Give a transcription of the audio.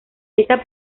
esta